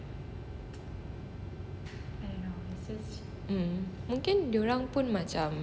mm mungkin dia orang pun macam nak